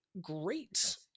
great